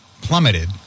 plummeted